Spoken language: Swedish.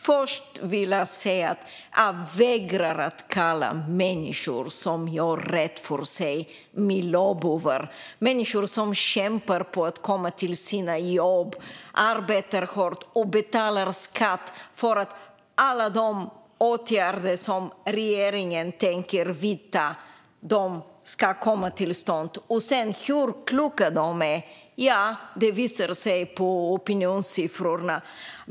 Först vill jag säga att jag vägrar att kalla människor som gör rätt för sig för miljöbovar - människor som kämpar för att komma till sina jobb, arbetar hårt och betalar skatt för att alla de åtgärder som regeringen tänker vidta ska komma till stånd. Hur kloka de sedan är visar sig i opinionssiffrorna.